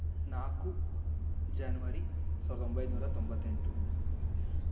ನಾಲ್ಕು ಜ್ಯಾನ್ವರಿ ಸಾವಿರದ ಒಂಬೈನೂರ ತೊಂಬತ್ತೆಂಟು